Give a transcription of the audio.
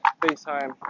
FaceTime